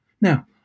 now